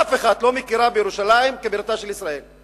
אף אחת לא מכירה בירושלים כבירתה של ישראל,